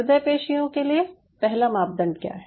हृदय पेशियों के लिए पहला मानदंड क्या है